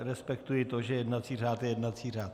Respektuji to, že jednací řád je jednací řád.